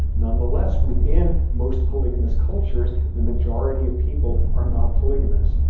nonetheless, within most polygamous cultures, the majority of people are not polygamous.